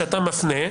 שאתה מפנה,